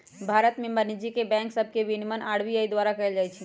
भारत में वाणिज्यिक बैंक सभके विनियमन आर.बी.आई द्वारा कएल जाइ छइ